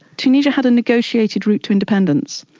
tunisia had a negotiated route to independence.